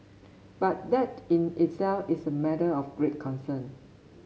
but that in itself is a matter of great concern